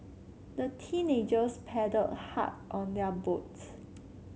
the teenagers paddled hard on their boats